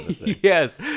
Yes